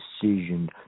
decision